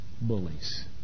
bullies